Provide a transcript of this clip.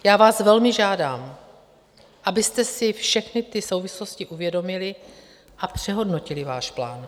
Já vás velmi žádám, abyste si všechny souvislosti uvědomili a přehodnotili váš plán.